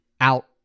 out